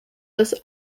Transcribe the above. ist